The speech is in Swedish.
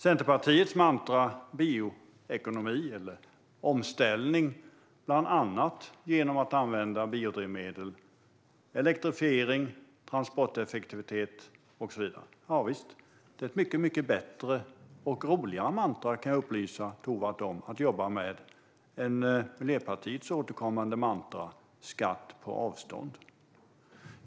Centerpartiets mantra bioekonomi, eller omställning, bland annat genom att använda biodrivmedel, elektrifiering, transporteffektivitet och så vidare, är ett mycket bättre och roligare mantra att jobba med än Miljöpartiets återkommande mantra om skatt på avstånd, kan jag upplysa Tovatt om.